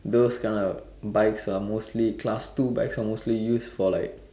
those kind of bikes are mostly class two bikes are mostly used for like